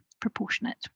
proportionate